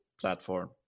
platform